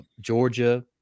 Georgia